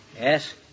Yes